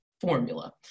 formula